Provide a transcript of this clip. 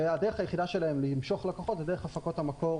והדרך היחידה שלהם למשוך לקוחות היא דרך הפקות המקור